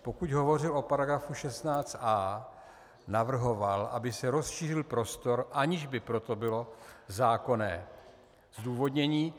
Pokud hovořil o § 16a, navrhoval, aby se rozšířil prostor, aniž by pro to bylo zákonné zdůvodnění.